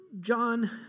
John